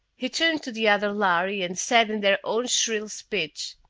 he turned to the other lhari and said in their own shrill speech,